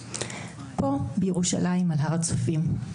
פה בירושלים על הר הצופים.